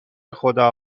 خدا